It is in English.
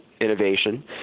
innovation